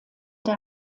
der